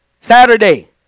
Saturday